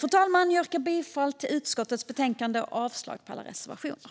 Fru talman! Jag yrkar bifall till utskottets förslag i betänkandet och avslag på alla reservationer.